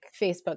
Facebook